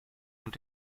und